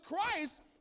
Christ